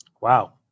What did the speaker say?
Wow